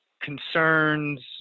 concerns